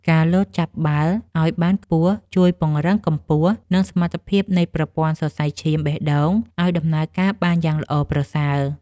ការលោតចាប់បាល់ឱ្យបានខ្ពស់ជួយពង្រឹងកម្ពស់ និងសមត្ថភាពនៃប្រព័ន្ធសរសៃឈាមបេះដូងឱ្យដំណើរការបានយ៉ាងល្អប្រសើរ។